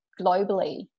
globally